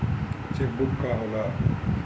Check book का होला?